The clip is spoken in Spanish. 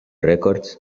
records